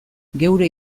geure